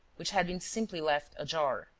which had been simply left ajar.